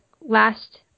last